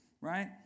right